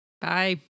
Bye